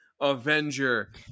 Avenger